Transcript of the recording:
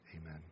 Amen